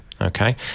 Okay